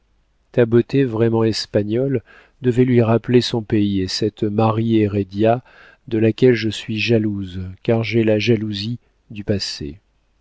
ta beauté vraiment espagnole devait lui rappeler son pays et cette marie hérédia de laquelle je suis jalouse car j'ai la jalousie du passé